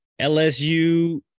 LSU